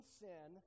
sin